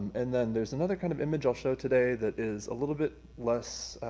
and then there's another kind of image i'll show today that is a little bit less